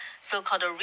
so-called